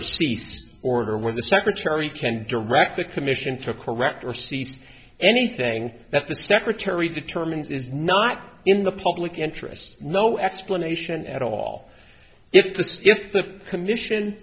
corrector cease order when the secretary can direct the commission to correct or seize anything that the step or terry determines is not in the public interest no explanation at all if the if the commission